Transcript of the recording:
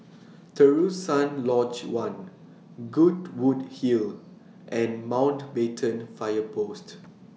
Terusan Lodge one Goodwood Hill and Mountbatten Fire Post